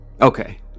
Okay